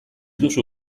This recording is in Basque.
duzu